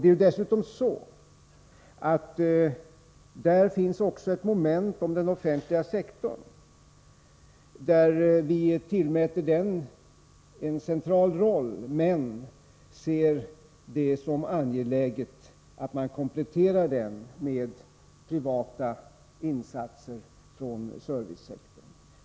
Det är dessutom så att där finns ett moment om den offentliga sektorn. Vi tillmäter denna en central roll men ser det som angeläget att man kompletterar den med privata insatser från servicesektorn.